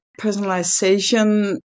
personalization